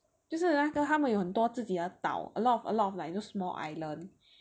就是那个他们有很多自己的岛 a lot of a lot of like those small island